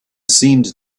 seemed